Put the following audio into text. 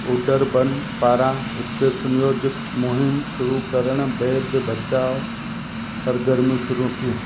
Woodburn पारां हिकु सुनियोजित मुहिम शुरू करण बैदि बचाउ सरगर्मियूं शुरू थियूं